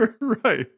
Right